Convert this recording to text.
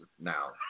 now